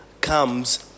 comes